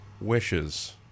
wishes